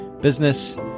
business